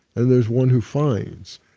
and there's one who finds,